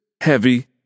heavy